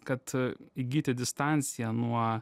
kad įgyti distanciją nuo